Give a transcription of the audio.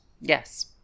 yes